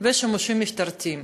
לבין שימושים משטרתיים.